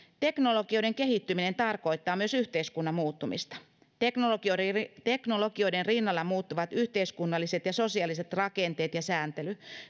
teknologioiden kehittyminen tarkoittaa myös yhteiskunnan muuttumista teknologioiden rinnalla muuttuvat yhteiskunnalliset ja sosiaaliset rakenteet ja sääntely